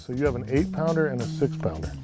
you have an eight pounder and a six pounder.